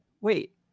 wait